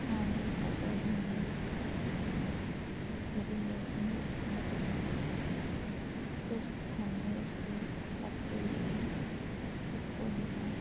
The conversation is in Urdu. کھانے کا تو ابھی نہیں بتا سکتے لیکن دیکھنے میں بہت اچھی تھی اس پر ہم نے اس کو سب کے لیے سب کو دیا